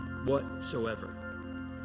whatsoever